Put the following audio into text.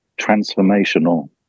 transformational